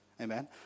Amen